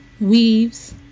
weaves